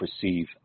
perceive